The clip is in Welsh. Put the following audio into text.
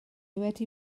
wedi